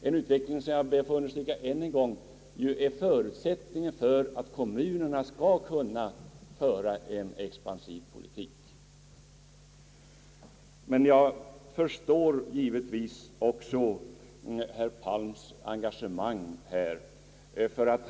En utveckling av näringslivet — det ber jag att få understryka än en gång — är en förutsättning för en expansiv politik inom kommunerna. Jag förstår givetvis herr Palms engagemang i den här frågan.